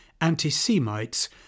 anti-Semites